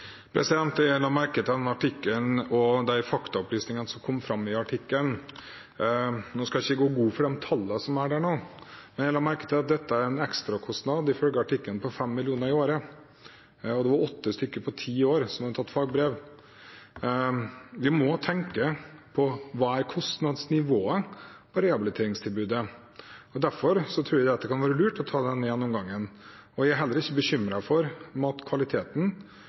la merke til den artikkelen og de faktaopplysningene som kom fram i artikkelen. Nå skal jeg ikke gå god for de tallene som er der nå, men jeg la merke til at dette er en ekstrakostnad – ifølge artikkelen – på 5 mill. kr i året, og det var åtte stykker på ti år som hadde tatt fagbrev. Vi må tenke på hva kostnadsnivået på rehabiliteringstilbudet er. Derfor tror jeg det kan være lurt å ta denne gjennomgangen. Jeg er heller ikke bekymret for matkvaliteten.